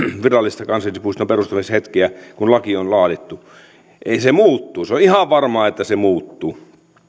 virallista kansallispuiston perustamishetkeä kun laki on laadittu eli se muuttuu se on ihan varmaa että se muuttuu